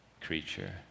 creature